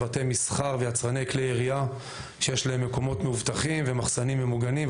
בתי מסחר ויצרני כלי ירייה שיש להם מקומות מאובטחים ומחסנים ממוגנים,